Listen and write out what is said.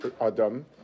Adam